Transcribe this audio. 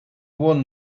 won